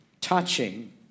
touching